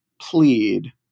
plead